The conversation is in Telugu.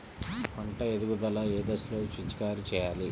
పంట ఎదుగుదల ఏ దశలో పిచికారీ చేయాలి?